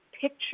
picture